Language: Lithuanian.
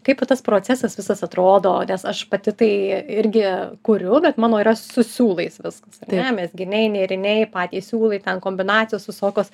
kaip va tas procesas visas atrodo nes aš pati tai irgi kuriu bet mano yra su siūlais viskas ar ne mezginiai nėriniai patys siūlai ten kombinacijos visokios